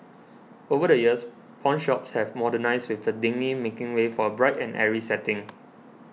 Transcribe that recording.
over the years pawnshops have modernised with the dingy making way for a bright and airy setting